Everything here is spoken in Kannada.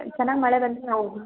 ಚೆನ್ನಾಗಿ ಮಳೆ ಬಂದರೆ ನಾವು